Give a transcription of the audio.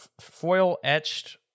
foil-etched